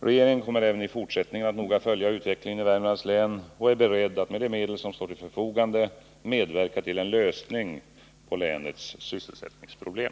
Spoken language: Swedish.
Regeringen kommer även i fortsättningen att noga följa utvecklingen i Värmlands län och är beredd att med de medel som står till förfogande medverka till en lösning på länets sysselsättningsproblem.